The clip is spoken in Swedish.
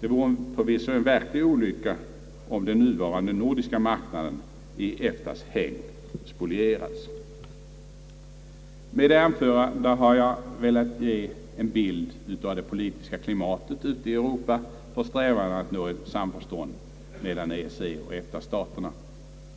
Det vore nämligen en verklig olycka om den nuvarande nordiska Med det anförda har jag velat ge en bild av det politiska klimatet ute i Europa för strävandena att nå samförstånd mellan EEC och EFTA-staterna